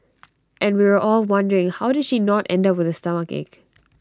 and we were all wondering how did she not end up with A stomachache